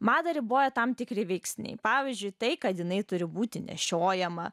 madą riboja tam tikri veiksniai pavyzdžiui tai kad jinai turi būti nešiojama